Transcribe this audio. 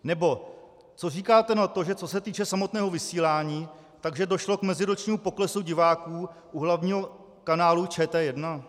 Nebo co říkáte na to, že co se týče samotného vysílání, došlo k meziročnímu poklesu diváků u hlavního kanálu ČT1?